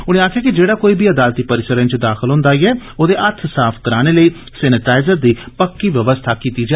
उनें आक्खेआ कि जेड़ा कोई बी अदालती परिसरें च दाखल होन्दा ऐ औहदे हत्थ साफ कराने लेई सैनिटाइजरें दी पक्की व्यवस्था कीती जा